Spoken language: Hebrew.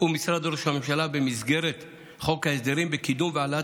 ומשרד ראש הממשלה במסגרת חוק ההסדרים לקידום והעלאת